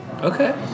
okay